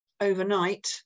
overnight